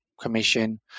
commission